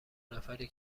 نفری